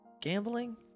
Gambling